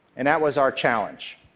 and that was our challenge.